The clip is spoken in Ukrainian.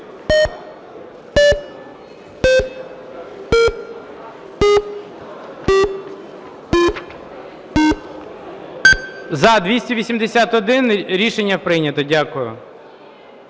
За-281 Рішення прийнято. Дякую.